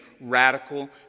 radical